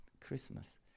Christmas